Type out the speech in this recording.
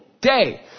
day